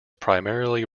primarily